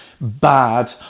bad